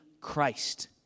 Christ